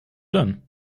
denn